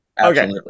okay